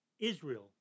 Israel